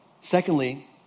Secondly